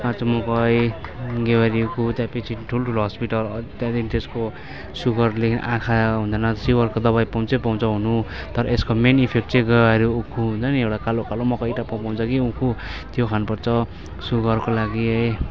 काँचो मकै गेवारी उखु त्यसपछि ठुल्ठुलो हस्पिटल त्यहाँदेखि त्यसको सुगरले आँखा हुँदैन सुगरको दबाई पाउँछै पाउँछ हुनु तर यसको मेन इफेक्ट चाहिँ गेवारी उखु हुन्छ नि एउटा कालो कालो मकै टाइपको पाउँछ कि उखु त्यो खानु पर्छ सुगरको लागि